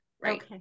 right